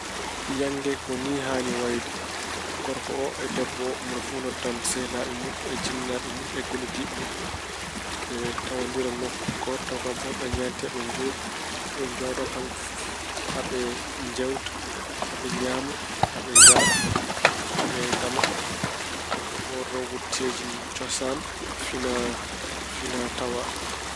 Yannge ko ni yaani wayde: Gorko o e debbo o, mone fof noddan sehilaaɓe e jinnaaɓe mun e gollidiiɓe mun. Ɓe tawondira nokku gooto tawa kaɓɓe fof aɓe ñaanti, aɓe njooɗi. Ɓe njooɗo kaɓɓe fof, aɓe njeewta, aɓe ñaama, aɓe njara, aɓe ngama. Ɓe ɓoorno wuute cosaan, finaatawaa.